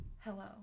hello